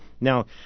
Now